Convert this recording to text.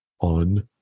on